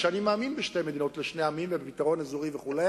שאני מאמין בשתי מדינות לשני עמים ובפתרון אזורי וכו',